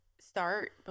start